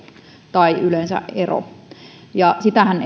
tai yleensä ero ja sitähän